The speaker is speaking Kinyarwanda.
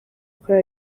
kuri